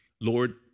Lord